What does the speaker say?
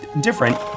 different